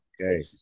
okay